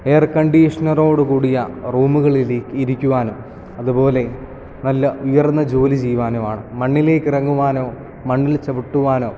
എയർകണ്ടീഷണറോടു കൂടിയ റൂമുകളിൽ ഇരിക്കുവാന് അതുപോലെ നല്ല ഉയർന്ന ജോലി ചെയ്യുവാനും ആണ് മണ്ണിലേക്ക് ഇറങ്ങുവാനോ മണ്ണിൽ ചവിട്ടുവാനോ